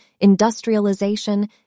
industrialization